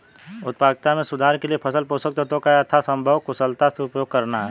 उत्पादकता में सुधार के लिए फसल पोषक तत्वों का यथासंभव कुशलता से उपयोग करना है